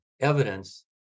evidence